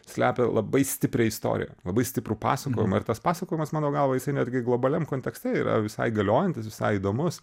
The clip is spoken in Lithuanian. slepia labai stiprią istoriją labai stiprų pasakojimą ir tas pasakojimas mano galva jisai netgi globaliam kontekste yra visai galiojantis visai įdomus